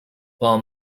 while